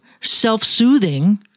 self-soothing